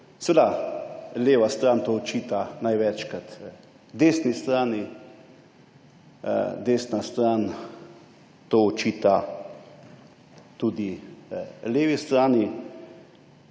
Seveda leva stran to očita največkrat desni strani, desna stran to očita tudi levi strani.